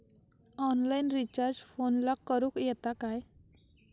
Online recharge फोनला करूक येता काय?